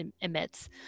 emits